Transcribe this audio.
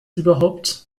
überhaupt